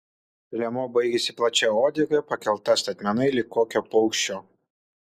liemuo baigėsi plačia uodega pakelta statmenai lyg kokio paukščio